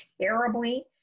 terribly